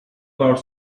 about